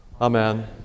amen